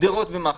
גדרות במאחזים,